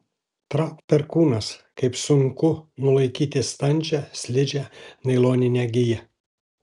trauk perkūnas kaip sunku nulaikyti standžią slidžią nailoninę giją